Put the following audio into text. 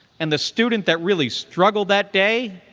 and the student that really struggled that day,